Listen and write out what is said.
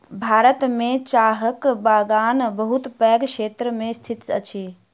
भारत में चाहक बगान बहुत पैघ क्षेत्र में स्थित अछि